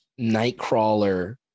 Nightcrawler